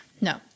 No